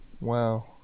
Wow